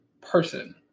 person